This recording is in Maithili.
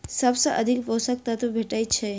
सबसँ अधिक पोसक तत्व भेटय छै?